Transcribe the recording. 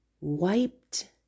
Wiped